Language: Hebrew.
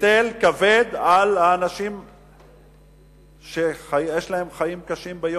היטל כבד על האנשים שחיי היום-יום שלהם קשים.